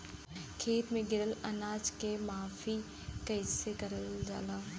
खेत में गिरल अनाज के माफ़ी कईसे करल जाला?